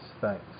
Thanks